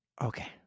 Okay